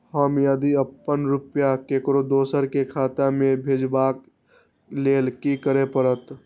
हम यदि अपन रुपया ककरो दोसर के खाता में भेजबाक लेल कि करै परत?